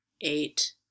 eight